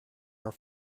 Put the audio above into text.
are